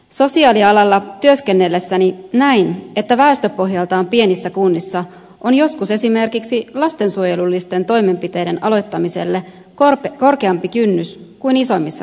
sosiaalialalla työskennellessäni näin että väestöpohjaltaan pienissä kunnissa on joskus esimerkiksi lastensuojelullisten toimenpiteiden aloittamiselle korkeampi kynnys kuin isommissa kunnissa